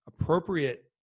appropriate